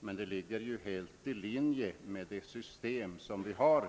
men detta ligger helt i linje med det system som vi har.